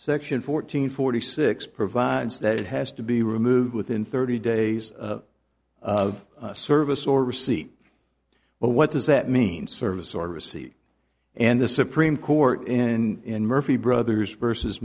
section fourteen forty six provides that it has to be removed within thirty days of service or receipt but what does that mean service or receipt and the supreme court in murphy brothers v